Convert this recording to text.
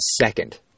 second